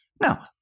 Now